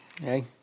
Hey